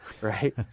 Right